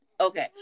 Okay